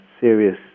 serious